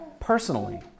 personally